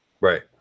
Right